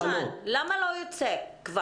אם זה מוכן, למה זה לא יוצא כבר?